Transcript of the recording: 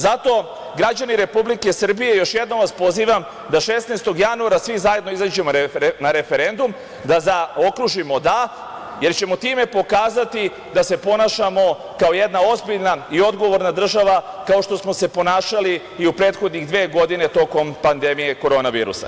Zato, građani Republike Srbije, još jednom vas pozivam da 16. januara svi zajedno izađemo na referendum, da zaokružimo "da", jer ćemo time pokazati da se ponašamo kao jedna ozbiljna i odgovorna država, kao što smo se ponašali i u prethodnih dve godine tokom pandemije korona virusa.